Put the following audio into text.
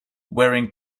wearing